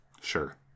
Sure